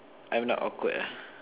I'm not awkward ah